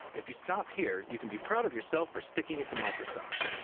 if you stop here, you can be proud of yourself for sticking it to microsoft.